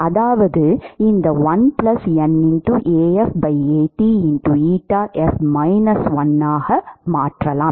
அதாவது இந்த 1 N Af At ஆக மாறும்